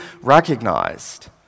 recognized